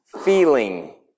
feeling